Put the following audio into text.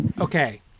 okay